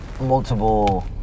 multiple